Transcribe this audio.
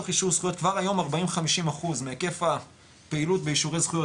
אישור זכויות כבר היום 40-50% מהיקף הפעילות באישורי זכויות,